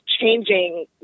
changing